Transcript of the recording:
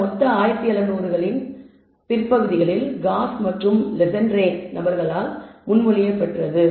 இந்த மெத்தட் 1700 களின் பிற்பகுதியில் காஸ் மற்றும் லெஜென்ட்ரே நபர்களால் முன்மொழியப்பட்டது